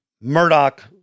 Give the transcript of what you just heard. Murdoch